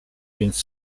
więc